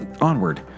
onward